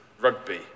rugby